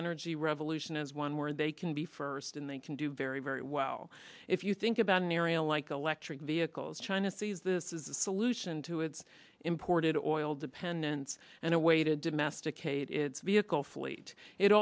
energy revolution as one where they can be first and they can do very very well if you think about an area like electric vehicles china sees this as a solution to its imported oil dependence and a way to domesticate its vehicle f